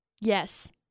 Yes